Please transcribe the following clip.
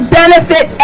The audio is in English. benefit